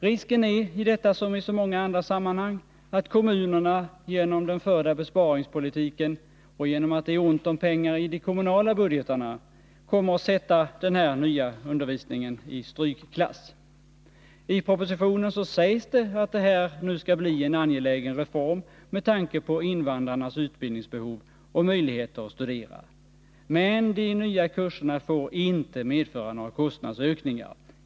Risken är i detta som i så många andra sammanhang att kommunerna till följd av den förda besparingspolitiken och genom att det är ont om pengar i de kommunala budgetarna kommer att sätta den här nya undervisningen i strykklass. I propositionen sägs det att det här nu skall bli en angelägen reform med tanke på invandrarnas utbildningsbehov och möjligheter att studera. Men de nya kurserna får inte medföra några kostnadsökningar.